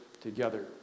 together